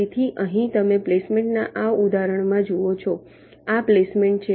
તેથી અહીં તમે પ્લેસમેન્ટના આ ઉદાહરણમાં જુઓ છો આ પ્લેસમેન્ટ છે